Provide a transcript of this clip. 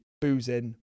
boozing